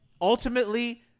ultimately